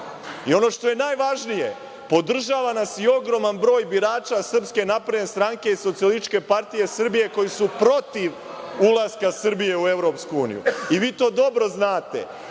ono što je najvažnije – podržava nas i ogroman broj birača Srpske napredne stranke i Socijalističke partije Srbije koji su protiv ulaska Srbije u Evropsku uniju. I vi to dobro znate